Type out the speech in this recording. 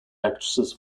actresses